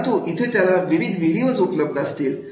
परंतु इथे त्याला विविध व्हिडिओज उपलब्ध असतील